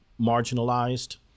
marginalized